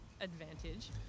advantage